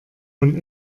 von